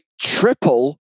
triple